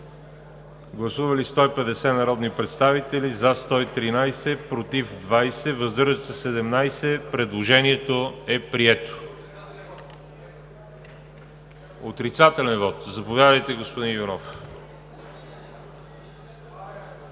Гласували 150 народни представители: за 113, против 20, въздържали се 17. Предложението е прието. Отрицателен вот – заповядайте, господин Иванов.